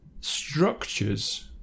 structures